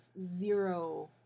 zero